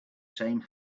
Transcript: same